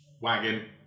wagon